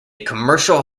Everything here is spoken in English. commercial